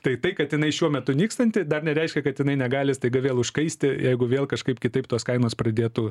tai tai kad jinai šiuo metu nykstanti dar nereiškia kad jinai negali staiga vėl užkaisti jeigu vėl kažkaip kitaip tos kainos pradėtų